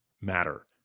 matter